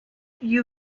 you